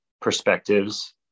perspectives